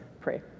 pray